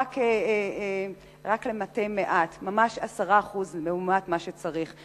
זה רק למתי מעט, ממש 10% לעומת מה שצריך.